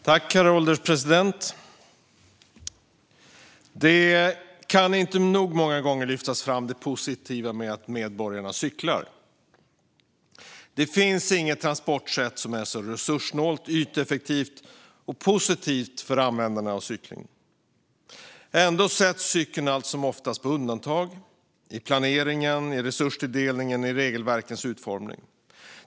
Herr ålderspresident! Det positiva med att medborgarna cyklar kan inte nog många gånger lyftas fram. Det finns inget transportsätt som är så resurssnålt, yteffektivt och positivt för användarna som cykling. Ändå sätts cyklingen allt som oftast på undantag i planering, resurstilldelning och regelverkens utformning.